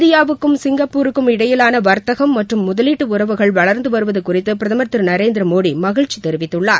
இந்தியாவுக்கும் சிங்கப்பூருக்கும் இடையிலாள வர்த்தகம் மற்றும் முதலீட்டு உறவுகள் வளர்ந்து வருவது குறித்து பிரதமர் திரு நரேந்திர மோடி மகிழ்ச்சி தெரிவித்துள்ளார்